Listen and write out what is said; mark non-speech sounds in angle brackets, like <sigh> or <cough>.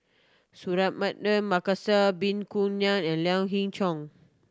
<unintelligible> Markasan <unintelligible> Ngan and Lien Hing Chow